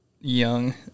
young